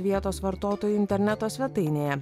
vietos vartotojų interneto svetainėje